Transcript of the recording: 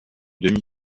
demi